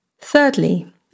Thirdly